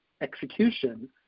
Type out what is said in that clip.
execution